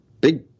big